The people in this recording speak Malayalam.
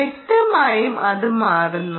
വ്യക്തമായും അത് മാറുന്നു